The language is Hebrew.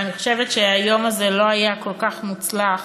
אבל אני חושבת שהיום הזה לא היה כל כך מוצלח